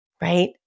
right